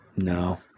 No